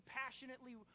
passionately